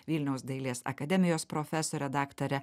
vilniaus dailės akademijos profesore daktare